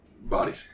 Bodies